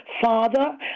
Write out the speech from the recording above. Father